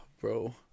Bro